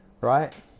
right